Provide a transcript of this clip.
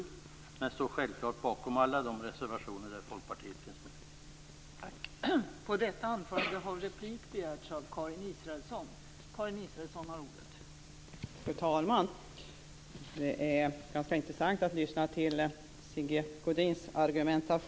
Självfallet står jag bakom alla de reservationer där Folkpartiet finns med.